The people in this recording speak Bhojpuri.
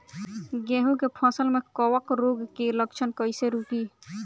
गेहूं के फसल में कवक रोग के लक्षण कईसे रोकी?